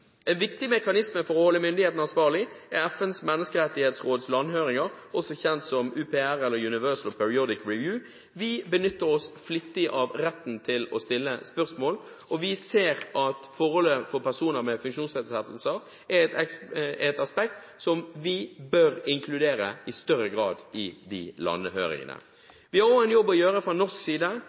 En viktig mekanisme for å holde myndighetene ansvarlig er FNs menneskerettighetsråds landhøringer, også kjent som UPR, eller Universal Periodic Review. Vi benytter oss flittig av retten til å stille spørsmål, og vi ser at forholdene for personer med funksjonsnedsettelser er et aspekt som vi bør inkludere i større grad i de landhøringene. Vi har også en jobb å gjøre fra norsk side.